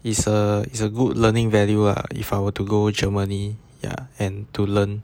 is a is a good learning value lah if I were to go germany ya and to learn